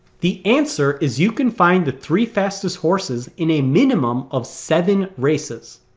the answer is you can find the three fastest horses in a minimum of seven races